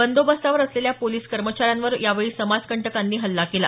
बंदोबस्तावर असलेल्या पोलिस कर्मचाऱ्यांवर यावेळी समाजकंटकांनी हल्ला केला